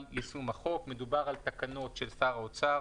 יישום החוק מדובר על תקנות של שר האוצר